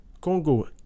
Congo